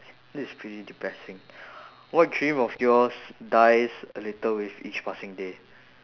this is pretty depressing what dream of yours dies a little with each passing day